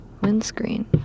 windscreen